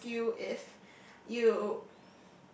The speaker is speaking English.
ask you if you